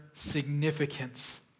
significance